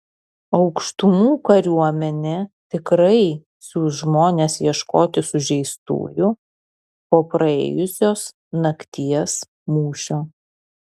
aukštumų kariuomenė tikrai siųs žmones ieškoti sužeistųjų po praėjusios nakties mūšio